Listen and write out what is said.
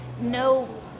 no